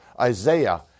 Isaiah